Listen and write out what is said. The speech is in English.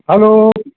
hello